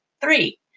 Three